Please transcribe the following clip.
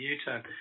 U-turn